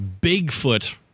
Bigfoot